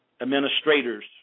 administrators